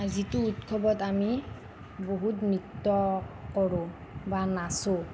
যিটো উৎসৱত আমি বহুত নৃত্য কৰোঁ বা নাচোঁ